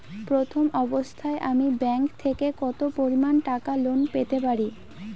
প্রথম অবস্থায় আমি ব্যাংক থেকে কত পরিমান টাকা লোন পেতে পারি?